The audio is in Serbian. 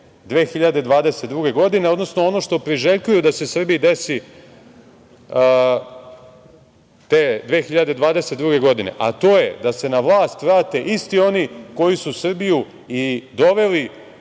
2022. godine, odnosno ono što priželjkuju da se Srbiji desi te 2022. godine. To je da se na vlast vrate isti oni koji su Srbiju i doveli